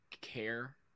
care